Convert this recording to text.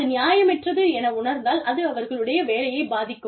அது நியாயமற்றது என உணர்ந்தால் அது அவர்களுடைய வேலையைப் பாதிக்கும்